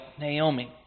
Naomi